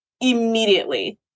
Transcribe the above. immediately